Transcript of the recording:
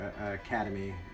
academy